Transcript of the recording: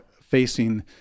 facing